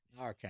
Okay